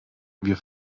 wir